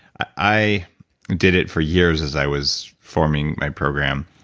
i did it for years as i was forming my program,